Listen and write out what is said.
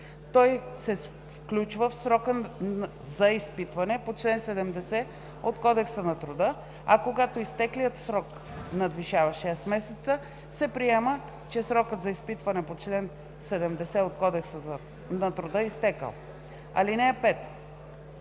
той се включва в срока за изпитване по чл. 70 от Кодекса на труда, а когато изтеклият срок надвишава 6 месеца, се приема, че срокът за изпитване по чл. 70 от Кодекса на труда е изтекъл. (5)